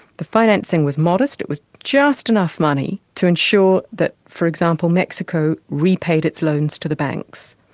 the financing was modest, it was just enough money to ensure that for example, mexico repaid its loans to the banks.